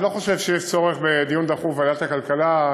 אני לא חושב שיש צורך בדיון דחוף בוועדת הכלכלה,